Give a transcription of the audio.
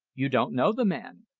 you don't know the man!